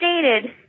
stated